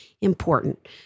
important